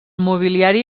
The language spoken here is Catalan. mobiliari